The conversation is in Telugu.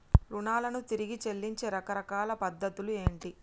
రుణాలను తిరిగి చెల్లించే రకరకాల పద్ధతులు ఏంటి?